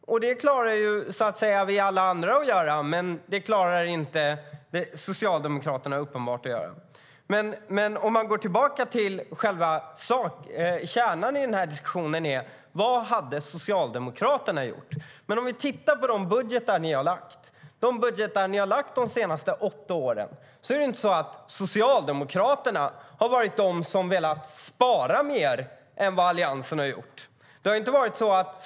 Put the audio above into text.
Det klarar alla vi andra att göra, men det klarar uppenbart inte Socialdemokraterna. Låt oss gå tillbaka till kärnan i denna diskussion: Vad hade Socialdemokraterna gjort? Tittar vi på de budgetar ni har lagt fram de senaste åtta åren ser vi att Socialdemokraterna inte har velat spara mer än Alliansen.